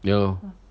yeah lor